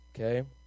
okay